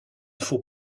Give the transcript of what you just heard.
faut